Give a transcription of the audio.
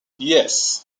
yes